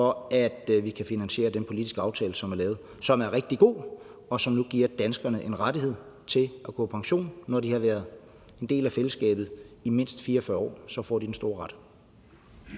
for, at vi kan finansiere den politiske aftale, som er lavet, som er rigtig god, og som giver danskerne en rettighed til at gå på pension. Når de har været en del af fællesskabet i mindst 44 år, får de den store